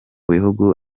bihugu